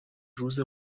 روز